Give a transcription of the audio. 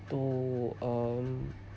to um